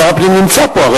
שר הפנים הרי נמצא פה.